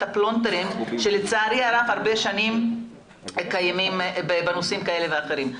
הפלונטרים שקיימים הרבה שנים לצערי הרב בנושאים כאלה ואחרים,